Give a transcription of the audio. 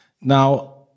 Now